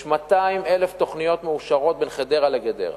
יש 200,000 תוכניות מאושרות בין חדרה לגדרה.